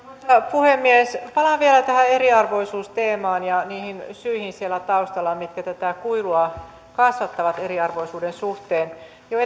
puhemies palaan vielä tähän eriarvoisuusteemaan ja niihin syihin siellä taustalla mitkä tätä kuilua kasvattavat eriarvoisuuden suhteen jo